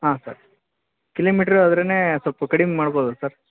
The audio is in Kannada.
ಹಾಂ ಸರ್ ಕಿಲೋಮೀಟ್ರು ಆದ್ರೆ ಸ್ವಲ್ಪ ಕಡಿಮೆ ಮಾಡ್ಬೋದಾ ಸರ್